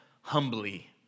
humbly